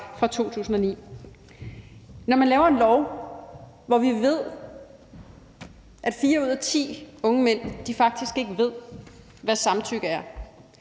fra 2009. Når man laver en lov, hvor vi ved, at fire ud af ti unge mænd faktisk ikke ved, hvad samtykke er,